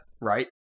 right